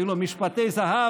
היו לו משפטי זהב.